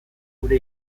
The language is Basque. gure